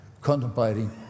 contemplating